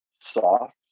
soft